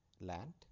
land